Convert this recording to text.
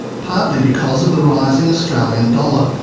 partly because of the rising australian dollar,